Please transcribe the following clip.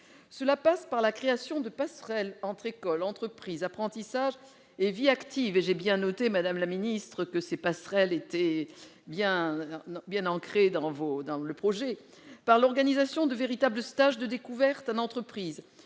Cela passe par la création de passerelles entre écoles, entreprises, apprentissage et vie active. J'ai noté, madame la ministre, que ces passerelles étaient bien ancrées dans le projet par l'organisation, dès la classe de troisième, de véritables stages de découverte en entreprise,